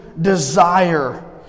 desire